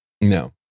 No